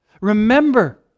Remember